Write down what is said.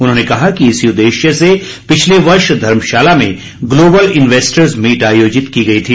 उन्होंने कहा कि इसी उदेश्य से पिछले वर्ष धर्मशाला में ग्लोबल इन्वेस्टस मीट आयोजित की गई थी